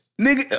nigga